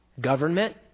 Government